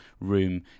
room